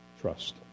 Trust